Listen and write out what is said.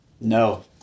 No